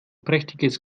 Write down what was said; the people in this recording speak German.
prächtiges